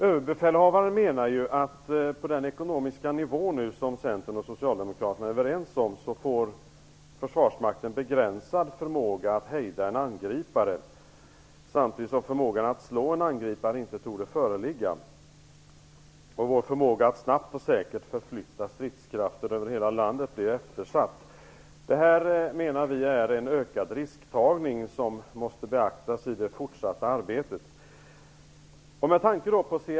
Överbefälhavaren menar att försvarsmakten får begränsad förmåga att hejda en angripare med den ekonomiska nivå som Centern och Socialdemokraterna är överens om, samtidigt som förmågan att slå en angripare inte torde föreligga och vår förmåga att snabbt och säkert förflytta stridskrafter över hela landet är eftersatt. Vi menar att detta innebär en ökad risktagning som måste beaktas i det fortsatta arbetet.